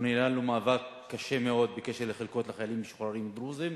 אנחנו ניהלנו מאבק קשה מאוד בקשר לחלקות לחיילים משוחררים דרוזים.